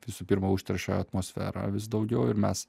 visų pirma užteršia atmosferą vis daugiau ir mes